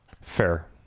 Fair